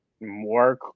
more